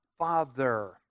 Father